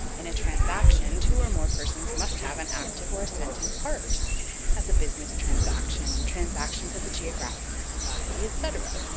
in a transaction two or more persons must have an active or assenting part as, a business transaction, transactions of the geographical society, etc.